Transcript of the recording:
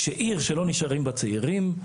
כי עיר שלא נשארים בה צעירים.